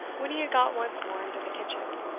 when he had got once more into the kitchen,